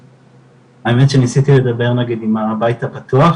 האמת שניסיתי לדבר נגיד עם הבית הפתוח